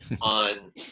on